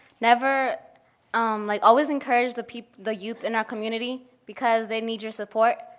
never um like always encourage the people, the youth in our community because they need your support.